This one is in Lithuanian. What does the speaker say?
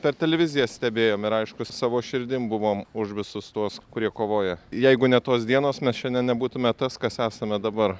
per televiziją stebėjom ir aiškus savo širdim buvom už visus tuos kurie kovoja jeigu ne tos dienos mes šiandien nebūtume tas kas esame dabar